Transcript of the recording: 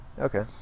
Okay